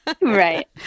Right